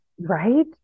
Right